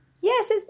Yes